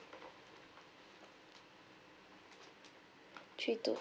three to